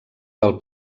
del